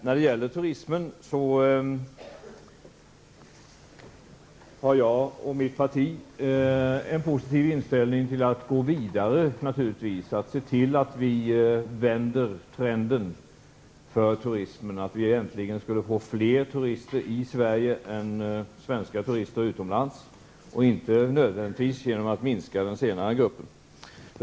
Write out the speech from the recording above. När det gäller turismen har jag och mitt parti en positiv inställning till att gå vidare, att se till att vi vänder trenden för turismen, så att vi äntligen kan få fler utländska turister i Sverige än svenska turister utomlands, utan att nödvändigtvis minska den senare gruppen.